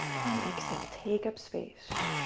and exhale. take up space.